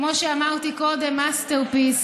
כמו שאמרתי קודם, masterpiece.